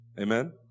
Amen